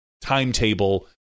timetable